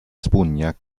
spugna